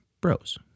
Bros